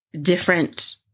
different